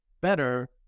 better